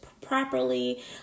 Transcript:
properly